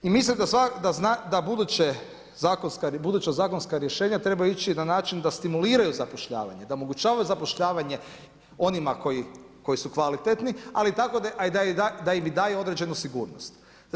I mislim da buduća zakonska rješenja trebaju ići na način da stimuliraju zapošljavanju, da omogućavaju zapošljavanje onima koji su kvalitetni ali da im i daju određenu sigurnost.